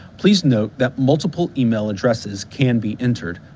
please note that multiple email addresses can be entered.